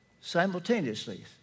simultaneously